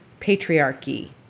patriarchy